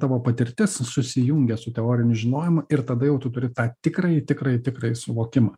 tavo patirtis susijungia su teoriniu žinojimu ir tada jau tu turi tą tikrąjį tikrąjį tikrąjį suvokimą